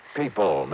people